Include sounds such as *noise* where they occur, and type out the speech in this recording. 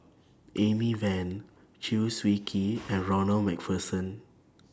Amy Van Chew Swee Kee *noise* and Ronald MacPherson